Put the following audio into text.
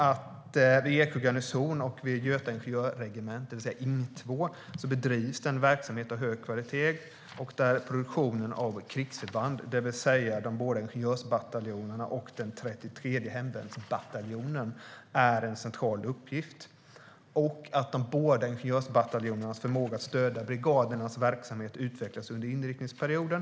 Vid Eksjö garnison och Göta ingenjörregemente, det vill säga Ing 2, bedrivs en verksamhet av hög kvalitet med produktion av krigsförband. Det gäller de båda ingenjörsbataljonerna och den 33:e hemvärnsbataljonen och är en central uppgift. De båda ingenjörsbataljonernas förmåga att stödja brigadernas verksamhet utvecklas under inriktningsperioden.